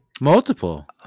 multiple